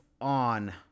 on